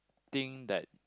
thing that